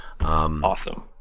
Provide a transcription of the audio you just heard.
Awesome